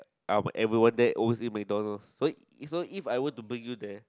um but everyone there always eat McDonalds so so if I were to bring you there